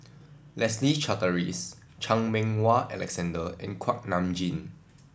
Leslie Charteris Chan Meng Wah Alexander and Kuak Nam Jin